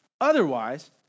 Otherwise